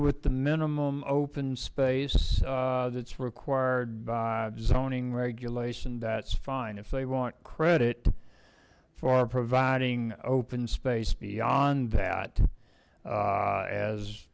with the minimum open spaces it's required by zoning regulation that's fine if they want credit for providing open space beyond that